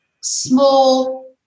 small